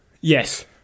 Yes